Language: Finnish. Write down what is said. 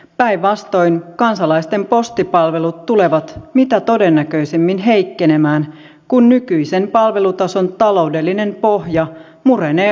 päinvastoin kansalaisten postipalvelut tulevat mitä todennäköisimmin heikkenemään kun nykyisen palvelutason taloudellinen pohja murenee alta pois